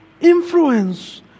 influence